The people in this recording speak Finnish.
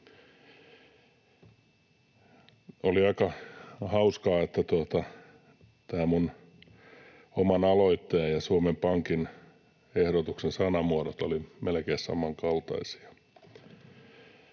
Oli aika hauskaa, että tämän minun oman aloitteeni ja Suomen Pankin ehdotuksen sanamuodot olivat melkein samankaltaisia.